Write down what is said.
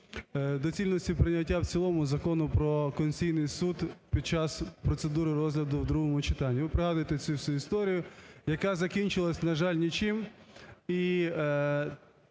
…доцільності прийняття в цілому Закону про Конституційний Суд під час процедури розгляду у другому читанні. Ви пригадуєте цю всю історію, яка закінчилася, на жаль, нічим.